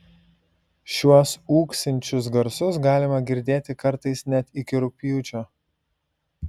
šiuos ūksinčius garsus galima girdėti kartais net iki rugpjūčio